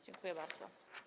Dziękuję bardzo.